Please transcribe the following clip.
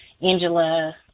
Angela